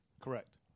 Correct